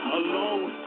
alone